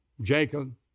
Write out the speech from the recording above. Jacob